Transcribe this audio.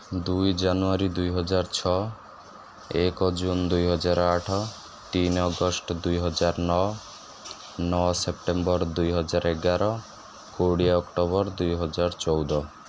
ଦୁଇ ଜାନୁଆରୀ ଦୁଇହଜାର ଛଅ ଏକ ଜୁନ୍ ଦୁଇହଜାର ଆଠ ତିନି ଅଗଷ୍ଟ ଦୁଇହଜାର ନଅ ନଅ ସେପ୍ଟେମ୍ବର୍ ଦୁଇହଜାର ଏଗାର କୋଡ଼ିଏ ଅକ୍ଟୋବର ଦୁଇହଜାର ଚଉଦ